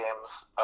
games